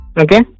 Okay